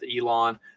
Elon